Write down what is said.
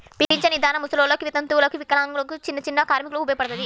పింఛను ఇదానం ముసలోల్లకి, వితంతువులకు, వికలాంగులకు, చిన్నచిన్న కార్మికులకు ఉపయోగపడతది